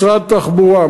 משרד התחבורה,